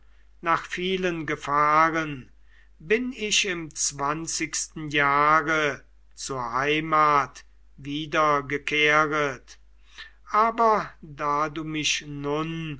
nach vielen todesgefahren bin ich im zwanzigsten jahre zur heimat wiedergekehret aber da du mich nun